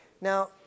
Now